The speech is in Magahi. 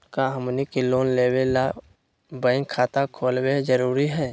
का हमनी के लोन लेबे ला बैंक खाता खोलबे जरुरी हई?